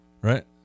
Right